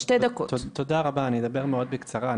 תודה רבה, אני אדבר מאוד בקצרה.